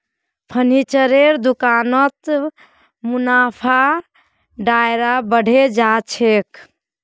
फर्नीचरेर दुकानत मुनाफार दायरा बढ़े जा छेक